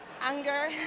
anger